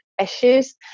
issues